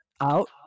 out